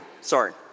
sorry